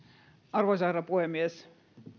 arvoisa herra puhemies